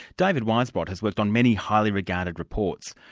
david weisbrot has worked on many highly regarded reports,